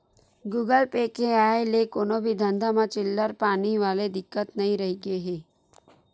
Google Pay के आय ले कोनो भी धंधा म चिल्हर पानी वाले दिक्कत नइ रहिगे हे